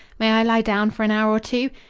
may i lie down for an hour or two?